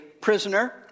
prisoner